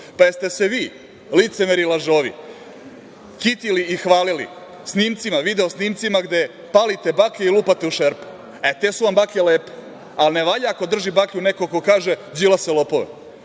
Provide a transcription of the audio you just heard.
laž. Jeste li se vi licemeri i lažovi kitili i hvalili snimcima, video snimcima, gde palite baklje i lupate u šerpu. E, te su vam baklje lepe, ali ne valja ako drži baklju neko ko kaže – Đilase, lopove.